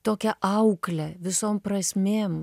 tokią auklę visom prasmėm